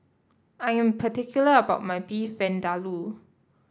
I am particular about my Beef Vindaloo